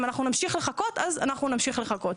אם אנחנו נמשיך לחכות, אז אנחנו נמשיך לחכות.